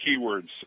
keywords